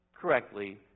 correctly